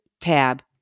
tab